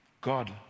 God